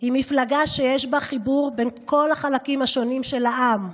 היא מפלגה שיש בה חיבור בין כל החלקים השונים של העם,